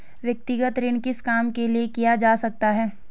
व्यक्तिगत ऋण किस काम के लिए किया जा सकता है?